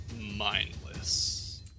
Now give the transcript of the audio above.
mindless